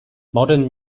modern